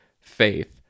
faith